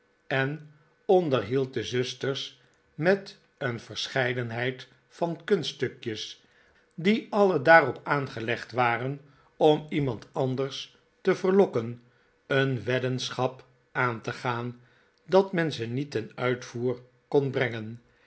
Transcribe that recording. en onderhield de zusters met een verscheidenheid van kunststukjes die alle daarop aangelegd waren om iemand anders te verlokken een weddenschap aan te gaan dat men ze niet ten uitvoer kon brengen